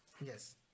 Yes